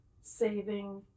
saving